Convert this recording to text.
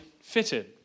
fitted